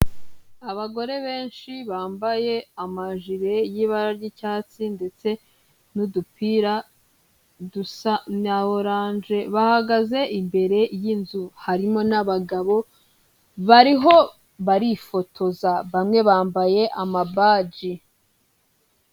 Abagore benshi bambaye amajire y'ibara ry'icyatsi ndetse n'udupira dusa na oranje, bahagaze imbere y'inzu, harimo n'abagabo bariho barifotoza, bamwe bambaye amabaji.